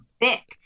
thick